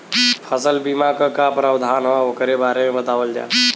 फसल बीमा क का प्रावधान हैं वोकरे बारे में बतावल जा?